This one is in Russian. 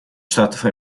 штатов